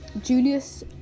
Julius